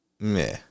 Meh